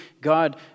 God